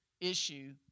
issue